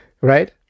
right